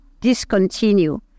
discontinue